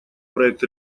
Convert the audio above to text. проект